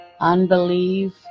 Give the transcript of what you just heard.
Unbelief